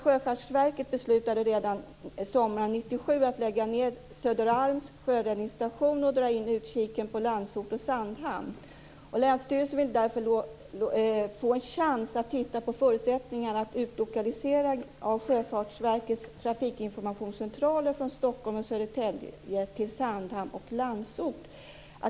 Sjöfartsverket beslutade redan sommaren 1997 att lägga ned Söderarms sjöräddningsstation och dra in utkiken på Landsort och Sandhamn. Länsstyrelsen vill nu få en chans att utreda förutsättningarna att utlokalisera en del av Sjöfartsverkets trafikinformationscentraler från Stockholm och Södertälje till Sandhamn och Landsort.